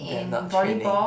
they're not training